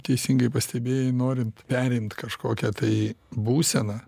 teisingai pastebėjai norint perimt kažkokią tai būseną